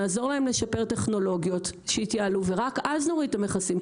נעזור להם לשפר טכנולוגיות שיתייעלו ורק אז נוריד את המכסים,